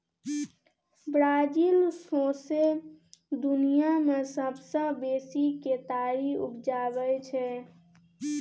Brazil सौंसे दुनियाँ मे सबसँ बेसी केतारी उपजाबै छै